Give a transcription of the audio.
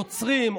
יוצרים,